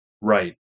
Right